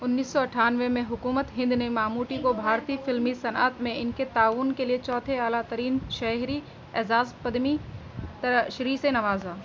انیس سو اٹھانوے میں حکومتِ ہند نے ماموٹی کو بھارتی فلمی صنعت میں ان کے تعاون کے لیے چوتھے اعلیٰ ترین شہری اعزاز پدم شری سے نوازا